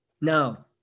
no